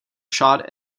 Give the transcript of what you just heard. shot